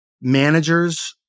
managers